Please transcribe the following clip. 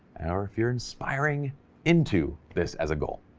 or if you're inspiring into this as a goal.